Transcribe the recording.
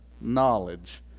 knowledge